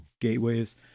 gateways